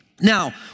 Now